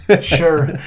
sure